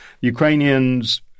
Ukrainians